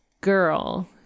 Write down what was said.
girl